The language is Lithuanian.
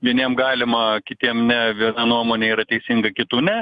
vieniem galima kitiem ne viena nuomonė yra teisinga kitų ne